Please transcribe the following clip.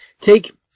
take